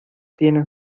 tienen